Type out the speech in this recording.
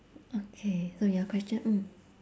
okay so your question mm